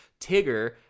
Tigger